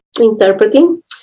interpreting